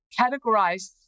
categorize